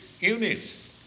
units